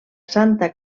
santa